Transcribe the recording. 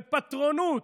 בפטרונות,